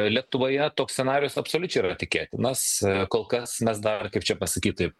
lietuvoje toks scenarijus absoliučiai yra tikėtinas kol kas mes dar kaip čia pasakyt taip